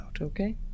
Okay